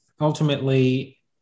ultimately